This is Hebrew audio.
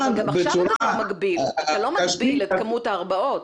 אבל גם כך אתה לא מגביל את כמות ההרבעות.